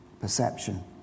perception